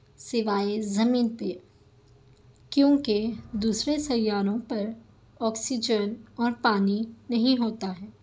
سوائے زمین پہ کیونکہ دوسرے سیاروں پر آکسیجن اور پانی نہیں ہوتا ہے